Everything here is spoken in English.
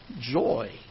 joy